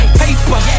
paper